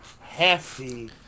hefty